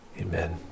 Amen